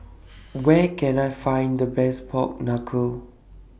Where Can I Find The Best Pork Knuckle